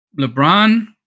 LeBron